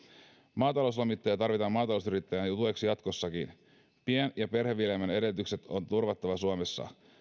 maatalouslomittajia tarvitaan maatalousyrittäjien tueksi jatkossakin pien ja perheviljelmien edellytykset on turvattava suomessa